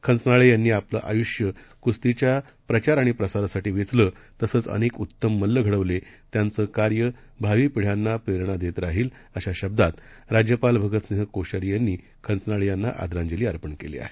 खंचनाळेयांनीआपलंआयुष्यकुस्तीच्याप्रचारआणिप्रसारासाठीवेचलंतसंचअनेकउत्तममल्लघडवले त्यांचंकार्यभावीपिढ्यांनाप्रेरणादेतराहील अशाशब्दातराज्यपालभगतसिंहकोश्यारीयांनीखंचनाळेयांनाश्रद्धांजलीअर्पणकेलीआहे